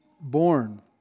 born